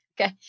Okay